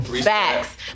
facts